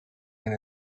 and